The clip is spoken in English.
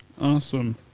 Awesome